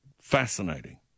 Fascinating